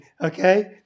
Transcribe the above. okay